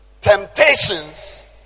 temptations